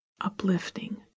uplifting